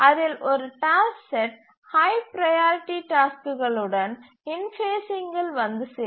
அதில் ஒரு task set high priority டாஸ்க்குகள் உடன் இன்ஃபேஸ்சில் வந்து சேரும்